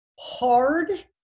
hard